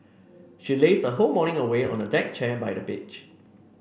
she lazed her whole morning away on a deck chair by the beach